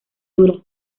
dura